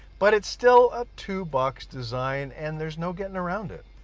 but it's still a two-box design and there's no getting around it